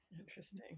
Interesting